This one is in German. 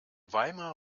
weimar